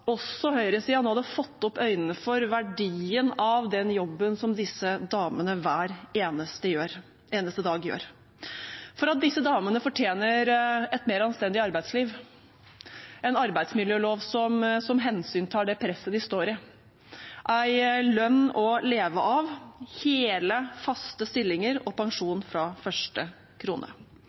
også høyresiden nå hadde fått opp øynene for verdien av den jobben som disse damene hver eneste dag gjør, for at disse damene fortjener et mer anstendig arbeidsliv, en arbeidsmiljølov som hensyntar det presset de står i, en lønn å leve av, hele, faste stillinger og pensjon fra første krone.